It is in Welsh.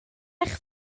eich